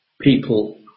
people